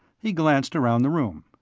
he glanced around the room.